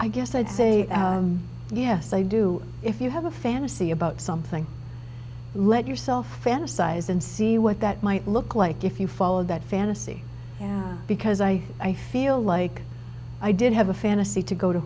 i guess i'd say yes i do if you have a fantasy about something let yourself fantasize and see what that might look like if you followed that fantasy because i i feel like i did have a fantasy to go to